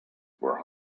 were